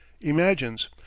imagines